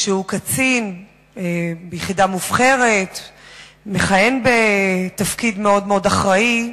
קצין ביחידה מובחרת, המכהן בתפקיד מאוד אחראי.